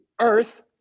earth